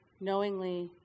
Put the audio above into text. knowingly